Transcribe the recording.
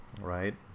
right